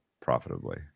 profitably